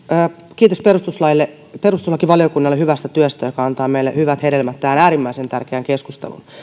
kiitos perustuslakivaliokunnalle hyvästä työstä joka antaa meille hyvät hedelmät tähän äärimmäisen tärkeään keskusteluun